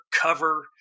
cover